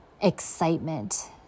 excitement